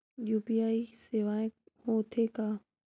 UPI सेवाएं हो थे का?